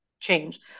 Change